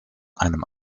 einem